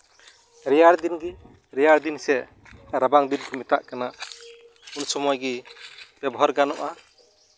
ᱨᱮᱭᱟᱲ ᱫᱤᱱ ᱜᱮ ᱨᱮᱭᱟᱲ ᱫᱤᱱ ᱥᱮ ᱨᱟᱵᱟᱝ ᱫᱤᱱ ᱠᱚ ᱢᱮᱛᱟᱜ ᱠᱟᱱᱟ ᱩᱱ ᱥᱚᱢᱚᱭ ᱜᱮ ᱵᱮᱵᱚᱦᱟᱨ ᱜᱟᱱᱚᱜᱼᱟ